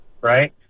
right